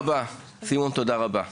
סימון, תודה רבה.